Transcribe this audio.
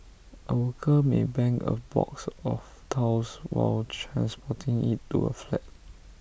A worker may bang A box of tiles while transporting IT to A flat